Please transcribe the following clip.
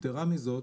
יתרה מזאת,